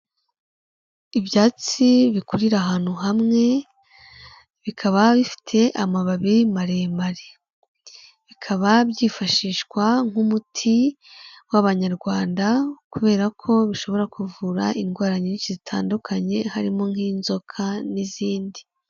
Ibyatsi bikurira ahantu hamwe bikaba bifite amababi maremare, bikaba byifashishwa nk'umuti w'abanyarwanda kubera ko bishobora kuvura indwara nyinshi zitandukanye harimo nk'inzoka n'izindi.